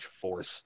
force